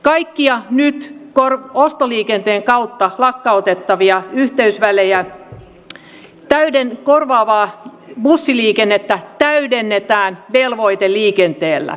kaikkia nyt ostoliikenteen kautta lakkautettavia yhteysvälejä korvaavaa bussiliikennettä täydennetään velvoiteliikenteellä